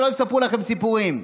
שלא יספרו לכם סיפורים.